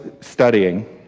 studying